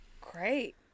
great